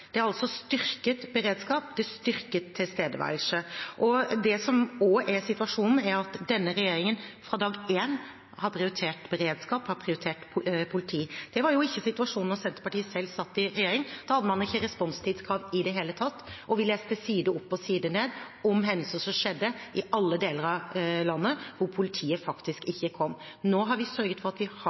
Det er altså styrket beredskap, det er styrket tilstedeværelse. Det som også er situasjonen, er at denne regjeringen fra dag én har prioritert beredskap, har prioritert politi. Det var jo ikke situasjonen da Senterpartiet selv satt i regjering. Da hadde man ikke responstidskrav i det hele tatt, og vi leste side opp og side ned om hendelser som skjedde i alle deler av landet, hvor politiet faktisk ikke kom. Nå har vi sørget for at vi har